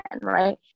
right